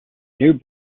new